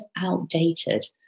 outdated